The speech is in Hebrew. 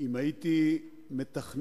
אם הייתי מתכנן